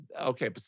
okay